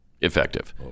effective